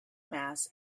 mass